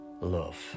love